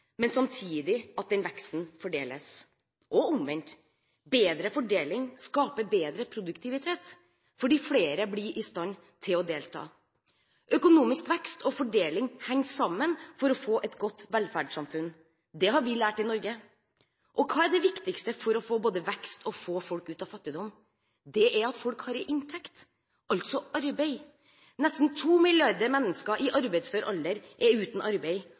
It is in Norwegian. men samtidig at den veksten fordeles – og omvendt: Bedre fordeling skaper bedre produktivitet, fordi flere blir i stand til å delta. Økonomisk vekst og fordeling henger sammen for å få et godt velferdssamfunn. Det har vi lært i Norge. Og hva er det viktigste for både å få vekst og å få folk ut av fattigdom? Det er at folk har en inntekt, altså arbeid. Nesten to milliarder mennesker i arbeidsfør alder er uten arbeid,